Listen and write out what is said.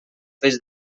feix